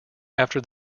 after